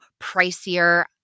pricier